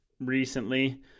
recently